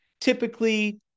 typically